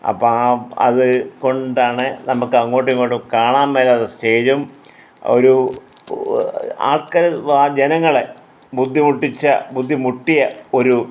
അപ്പോൾ ആ അത് കൊണ്ടാണ് നമുക്ക് അങ്ങോട്ടുമിങ്ങോട്ടും കാണാൻ മേലാത്ത സ്റ്റേജും ഒരു ആൾക്കാരെ ജനങ്ങളെ ബുദ്ധിമുട്ടിച്ച ബുദ്ധിമുട്ടിയ ഒരു